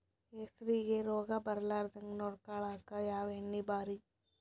ಹೆಸರಿಗಿ ರೋಗ ಬರಲಾರದಂಗ ನೊಡಕೊಳುಕ ಯಾವ ಎಣ್ಣಿ ಭಾರಿ?